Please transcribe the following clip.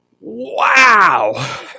Wow